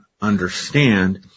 understand